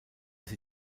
sie